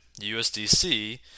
USDC